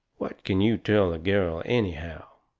what can you tell a girl anyhow?